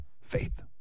Faith